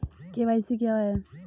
KYC क्या है?